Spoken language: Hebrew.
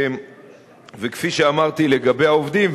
וכפי שאמרתי לגבי העובדים,